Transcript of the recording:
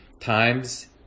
times